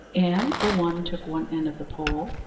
and the one took one end of the pole,